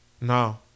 No